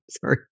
Sorry